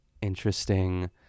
interesting